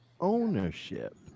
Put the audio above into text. ownership